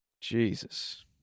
Jesus